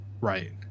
Right